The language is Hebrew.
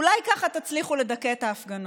אולי ככה תצליחו לדכא את ההפגנות.